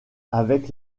avec